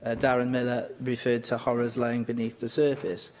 ah darren millar referred to horrors lying beneath the surface.